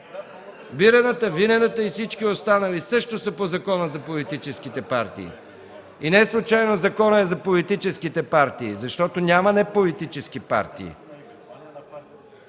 Бирената, Винената и всички останали също са по Закона за политическите партии. Неслучайно законът е за политическите партии, защото няма неполитически партии.